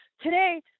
today